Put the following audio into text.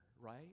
right